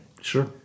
Sure